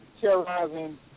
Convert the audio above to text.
terrorizing